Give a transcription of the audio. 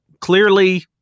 clearly